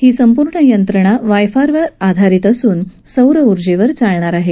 ही संपूर्ण यंत्रणा वायफाय वर आधारित असून सौर उर्जेवर चालणार आहे